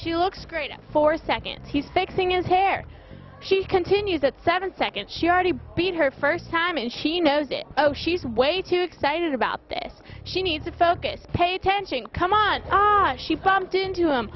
she looks great for a second he's sick thing is hair she continues at seven seconds she already beat her first time and she knows it oh she's way too excited about this she needs to focus pay attention come on ah she bumped into